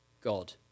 God